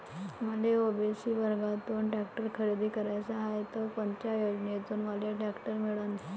मले ओ.बी.सी वर्गातून टॅक्टर खरेदी कराचा हाये त कोनच्या योजनेतून मले टॅक्टर मिळन?